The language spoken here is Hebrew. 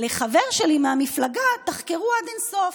חבר שלי מהמפלגה תחקרו עד אין-סוף,